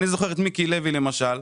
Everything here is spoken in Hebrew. אני זוכר את מיקי לוי למשל,